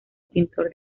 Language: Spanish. pintor